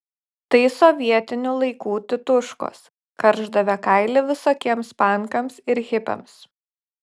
tai sovietinių laikų tituškos karšdavę kailį visokiems pankams ir hipiams